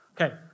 Okay